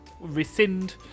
rescind